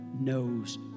knows